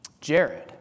Jared